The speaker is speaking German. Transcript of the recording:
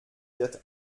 wird